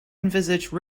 envisage